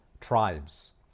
tribes